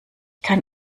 kann